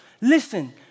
listen